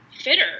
fitter